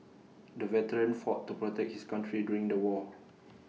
the veteran fought to protect his country during the war